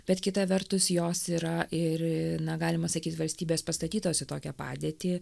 bet kita vertus jos yra ir na galima sakyt valstybės pastatytos į tokią padėtį